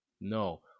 No